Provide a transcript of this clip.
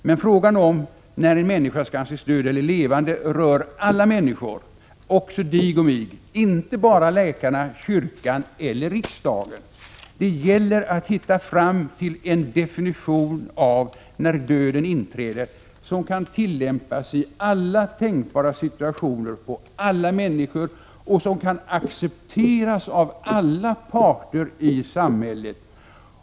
Men frågan om när en människa skall anses död eller levande rör alla människor, också dig och mig, inte bara läkarna, kyrkan eller rikdagen. Det gäller att hitta fram till en definition av när döden inträder, som kan tillämpas i alla tänkbara situationer på alla människor och som kan accepteras av alla parter i samhället.